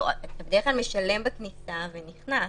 בדרך כלל אתה משלם בכניסה ונכנס.